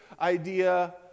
idea